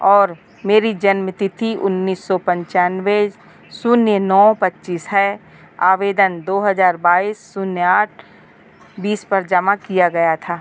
और मेरी जन्मतिथि उन्नीस सौ पनचानवे शून्य नौ पच्चीस है आवेदन दो हज़ार बाइस शून्य आठ बीस पर जमा किया गया था